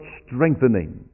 strengthening